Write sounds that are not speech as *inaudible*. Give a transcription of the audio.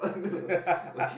*laughs*